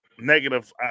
negative